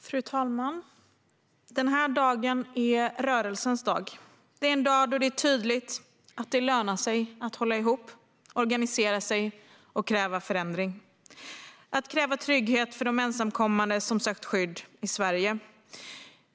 Fru talman! Den här dagen är rörelsens dag. Det är en dag då det är tydligt att det lönar sig att hålla ihop, organisera sig och kräva förändring - kräva trygghet för de ensamkommande som sökt skydd i Sverige.